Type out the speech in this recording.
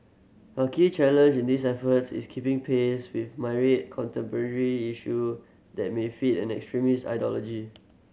a key challenge in these efforts is keeping pace with myriad contemporary issue that may feed an extremist ideology